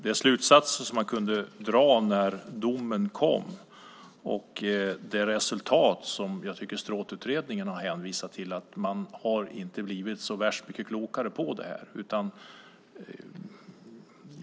De slutsatser som man kunde dra när domen kom och det resultat som Stråthutredningen hänvisar till har man inte blivit så värst mycket klokare på.